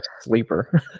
sleeper